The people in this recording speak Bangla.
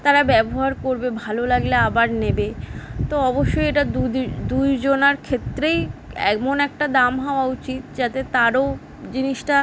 তারা ব্যবহার করবে ভালো লাগলে আবার নেবে তো অবশ্যই এটা দুদি দুইজনার ক্ষেত্রেই এমন একটা দাম হওয়া উচিত যাতে তারও জিনিসটা